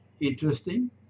interesting